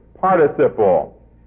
participle